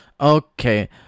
okay